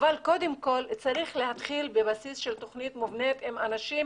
אבל קודם כל צריך להתחיל בבסיס של תוכנית מובנית עם אנשים